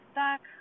back